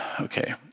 okay